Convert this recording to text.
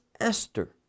Esther